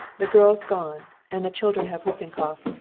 the girl's gone, and the children have whooping cough.